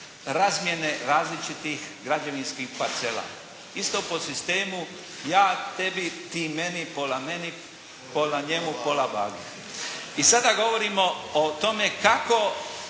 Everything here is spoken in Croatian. razmjene različitih građevinskih parcela. Isto po sistemu ja tebi, ti meni, pola meni, pola njemu, pola bagi. I sada govorimo o tome kako